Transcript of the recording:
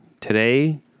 Today